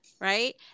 right